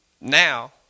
now